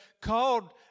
called